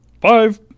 five